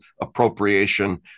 Appropriation